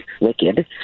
wicked